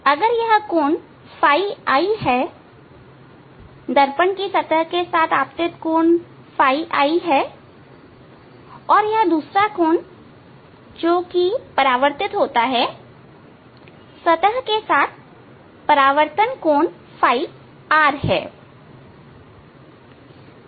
अगर यह कोण ɸi है दर्पण की सतह के साथ आपतित कोण ɸi है और यह दूसरा कोण जो कि परावर्तित होता है सतह के साथ परावर्तन कोण ɸr हैं